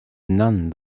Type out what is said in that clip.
none